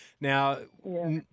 Now